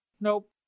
nope